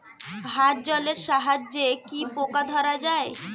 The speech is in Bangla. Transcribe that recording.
হাত জলের সাহায্যে কি পোকা ধরা যায়?